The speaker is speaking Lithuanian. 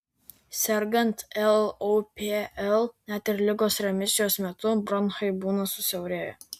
sergant lopl net ir ligos remisijos metu bronchai būna susiaurėję